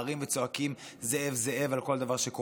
אלה לא אנשים שממהרים וצועקים זאב זאב על כל דבר שקורה,